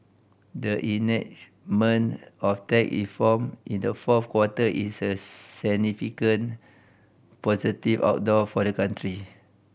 the enactment of tax reform in the fourth quarter is a significant positive outdoor for the country